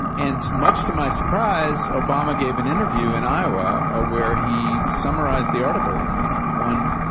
and much to my surprise obama gave an interview in iowa ah where he summarized the article in this one